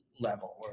level